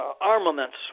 armaments